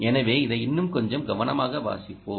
எனவே இதை இன்னும் கொஞ்சம் கவனமாக வாசிப்போம்